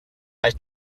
had